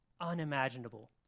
unimaginable